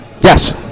Yes